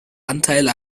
anteil